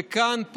וכאן,